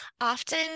Often